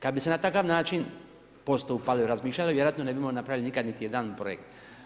Kad bi se na takav način postupalo i razmišljalo, vjerojatno ne bi napravili nikad niti jedan projekt.